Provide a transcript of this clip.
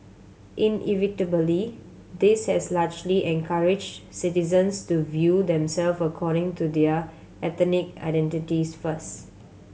inevitably this has largely encourage citizens to view them self according to their ethnic identities first